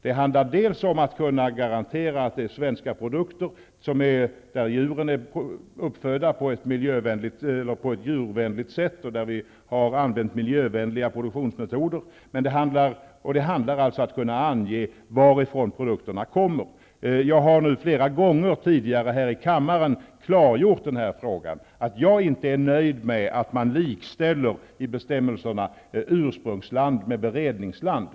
Det handlar om att kunna garantera att det är svenska produkter där djuren är uppfödda på ett djurvänligt sätt med djurvänliga produktionsmetoder. Det handlar alltså om att kunna ange varifrån produkterna kommer. Jag har flera gånger tidigare här i kammaren klargjort frågan. Jag är inte nöjd med att man i bestämmelserna likställer ursprungsland med beredningsland.